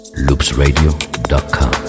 loopsradio.com